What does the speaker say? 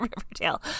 Riverdale